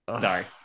sorry